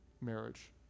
marriage